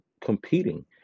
competing